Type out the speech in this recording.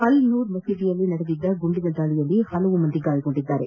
ಅಲ್ ನೂರ್ ಮಸೀದಿಯಲ್ಲಿ ನಡೆದಿದ ಗುಂಡಿನ ದಾಳಿಯಲ್ಲಿ ಹಲವಾರು ಮಂದಿ ಗಾಯಗೊಂಡಿದ್ದಾರೆ